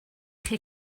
chi